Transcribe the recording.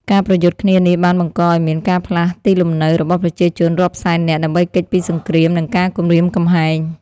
ការប្រយុទ្ធគ្នានេះបានបង្កឱ្យមានការផ្លាស់ទីលំនៅរបស់ប្រជាជនរាប់សែននាក់ ដើម្បីគេចពីសង្គ្រាម និងការគំរាមកំហែង។